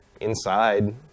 Inside